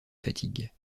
fatigues